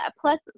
plus